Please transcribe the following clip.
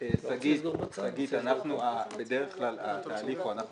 התהליך בדרך כלל הוא שאנחנו